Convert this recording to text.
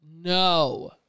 No